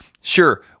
sure